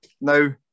Now